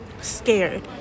scared